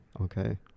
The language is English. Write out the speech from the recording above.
Okay